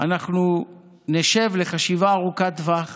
אנחנו נשב לחשיבה ארוכת טווח